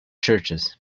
churches